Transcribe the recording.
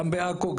גם בעכו,